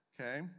Okay